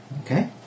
Okay